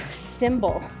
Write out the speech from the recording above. symbol